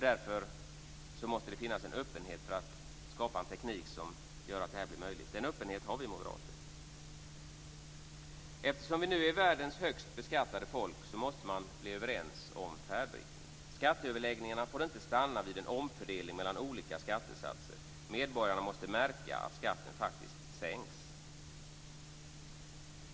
Därför måste det finnas en öppenhet för att skapa en teknik som gör det möjligt. Den öppenheten har vi moderater. Eftersom vi är världens högst beskattade folk, måste man komma överens om färdriktningen. Skatteöverläggningarna får inte stanna vid en omfördelning mellan olika skattesatser. Medborgarna måste märka att skatten faktiskt sänks.